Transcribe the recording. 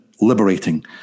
liberating